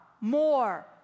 more